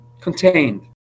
contained